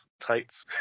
tights